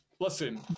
Listen